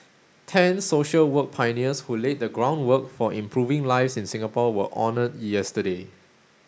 ten social work pioneers who laid the groundwork for improving lives in Singapore were honoured yesterday